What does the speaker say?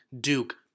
Duke